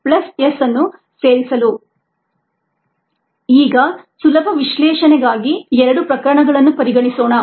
dxdtmSKSSx ಈಗ ಸುಲಭ ವಿಶ್ಲೇಷಣೆಗಾಗಿ ಎರಡು ಪ್ರಕರಣಗಳನ್ನು ಪರಿಗಣಿಸೋಣ